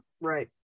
Right